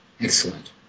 excellent